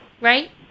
Right